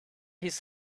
his